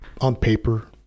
on-paper